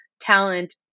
talent